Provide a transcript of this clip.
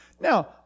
Now